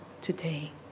today